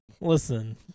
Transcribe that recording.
Listen